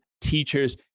teachers